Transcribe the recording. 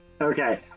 Okay